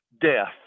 death